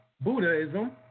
Buddhism